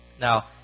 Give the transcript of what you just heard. Now